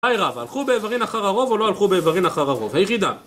היי רב, הלכו באיברים אחר הרוב או לא הלכו באיברים אחר הרוב? היחידה